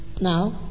Now